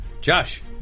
Josh